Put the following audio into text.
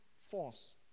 force